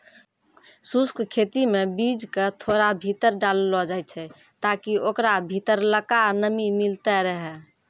शुष्क खेती मे बीज क थोड़ा भीतर डाललो जाय छै ताकि ओकरा भीतरलका नमी मिलतै रहे